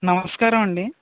నమస్కారం అండి